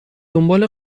دنبال